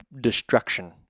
destruction